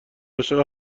عاشق